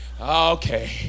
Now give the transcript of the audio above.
okay